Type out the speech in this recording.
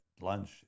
lunch